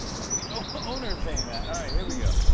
but the the owner saying that. all right, here we go.